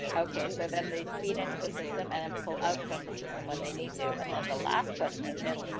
okay, so then they feed into the system and then pull out from the system when they need to. and then the last question is,